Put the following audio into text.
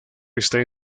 esta